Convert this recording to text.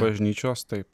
bažnyčios taip